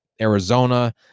Arizona